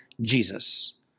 Jesus